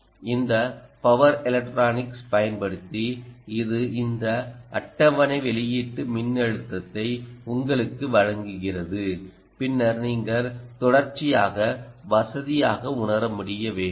இந்த power electronics பயன்படுத்தி இது இந்த அட்டவணை வெளியீட்டு மின்னழுத்தத்தை உங்களுக்கு வழங்குகிறது பின்னர் நீங்கள் தொடர்ச்சியாக வசதியாக உணர முடிய வேண்டும்